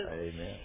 Amen